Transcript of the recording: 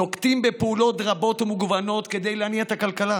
נוקטים פעולות רבות ומגוונות כדי להניע את הכלכלה,